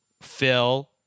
Phil